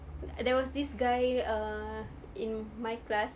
there was this guy err in my class